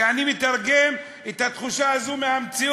כי אני מתרגם את התחושה הזאת מהמציאות,